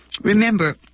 remember